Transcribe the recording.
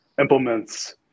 implements